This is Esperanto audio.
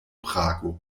prago